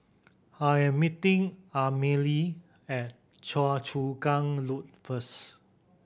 I'm meeting Amalie at Choa Chu Kang Loop first